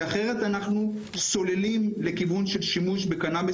כי אחרת אנחנו סוללים לכיוון של שימוש בקנביס